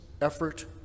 effort